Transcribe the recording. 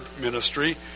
ministry